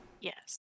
Yes